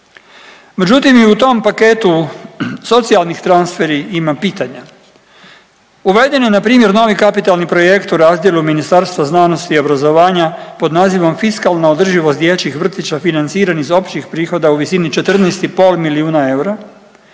Međutim i u tom paketu socijalni transferi ima pitanja. Uvedeno je npr. novi kapitalni projekt u razdjelu Ministarstva znanosti i obrazovanja pod nazivom Fiskalna održivost dječjih vrtića financiranih iz općih prihoda u visini 14,5 milijuna eura,